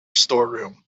storeroom